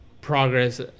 progress